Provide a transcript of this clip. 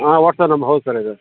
ಹಾಂ ವಾಟ್ಸ್ಆ್ಯಪ್ ನಂಬ ಹೌದು ಸರ್ ಇದು